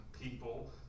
people